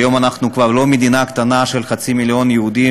היום אנחנו כבר לא מדינה קטנה של חצי מיליון יהודים,